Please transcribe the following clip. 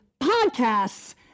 podcasts